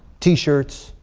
t-shirts,